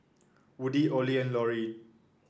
Woody Ollie and Loree